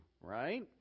right